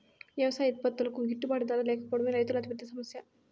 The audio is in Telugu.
వ్యవసాయ ఉత్పత్తులకు గిట్టుబాటు ధర లేకపోవడమే రైతుల అతిపెద్ద సమస్య